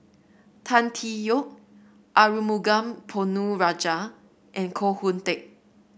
Tan Tee Yoke Arumugam Ponnu Rajah and Koh Hoon Teck